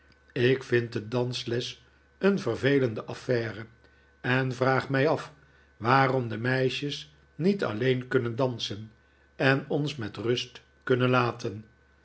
ik vind de dansles een vervelende affaire en vraag mij af waarom de meisjes niet alleen kunnen dansen en ons met rust kunnen laten